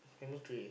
chemistry